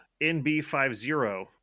NB50